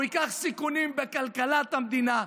הוא ייקח סיכונים בכלכלת המדינה,